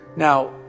Now